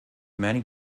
many